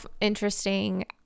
interesting